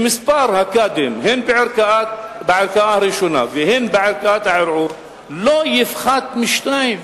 שמספר הקאדים הן בערכאה הראשונה והן בערכאת הערעור לא יפחת משניים,